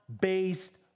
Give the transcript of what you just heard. based